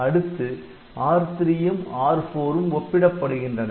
அடுத்து R3 ம் R4 ம் ஒப்பிடப்படுகின்றன